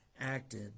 acted